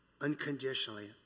unconditionally